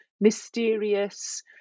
mysterious